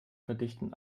verdichten